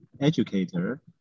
Educator